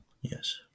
Yes